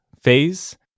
phase